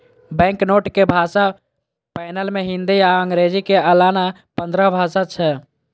banknote के भाषा panel मे हिंदी आ अंग्रेजी के अलाना पंद्रह भाषा छै